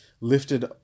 lifted